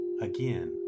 Again